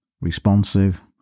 responsive